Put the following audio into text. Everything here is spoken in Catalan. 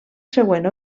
següent